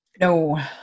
No